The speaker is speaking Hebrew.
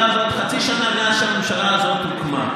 הזאת וחצי שנה מאז שהממשלה הזאת הוקמה.